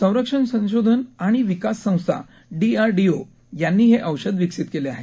संरक्षण संशोधन आणि विकास संस्था डीआरडीओ यांनी हे औषध विकसित केले आहे